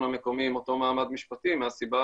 המקומי עם אותו מעמד משפטי מהסיבה